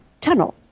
tunnel